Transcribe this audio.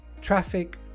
traffic